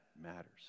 matters